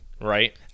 right